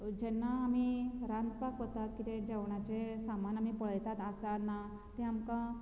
जेन्ना आमी रांदपाक वतात कितेंय जेवणाचे सामान आमी पळयतात आसा ना तें आमकां